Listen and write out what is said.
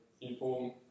inform